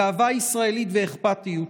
גאווה ישראלית ואכפתיות.